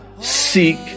seek